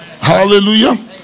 Hallelujah